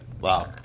Wow